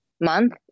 month